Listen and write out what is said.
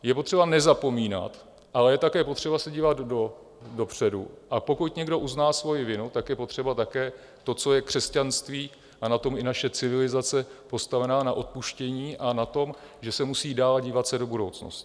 Je potřeba nezapomínat, ale je také potřeba se dívat dopředu, a pokud někdo uzná svoji vinu, tak je potřeba také to, co je křesťanství, a na tom je i naše civilizace postavena, na odpuštění a na tom, že se musí dál dívat do budoucnosti.